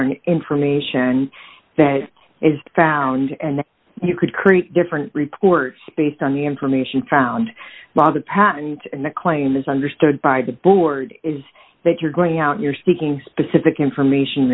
the information that is found and you could create different reports based on the information found by the patent and the claim is understood by the board is that you're going out you're seeking specific information